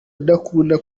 udakunda